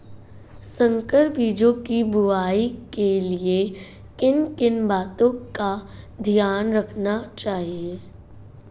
संकर बीजों की बुआई के लिए किन किन बातों का ध्यान रखना चाहिए?